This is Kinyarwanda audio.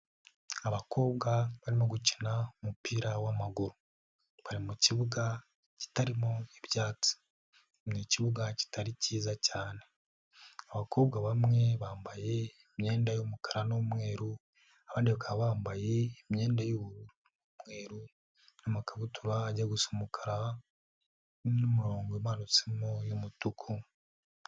Abakobwa barimo gukina umupira wamaguru, bari mukibuga kitarimo ibyatsi. Nii ikibuga kitari cyiza cyane. Abakobwa bamwe bambaye imyenda yumukara numweru abandi bakaba bambaye imyenda yubururu, mweru n'amakabutura ajya gusa umukara n'umurongo umanutse y'umutuku...